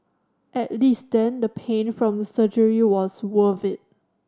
at least then the pain from the surgery was worth it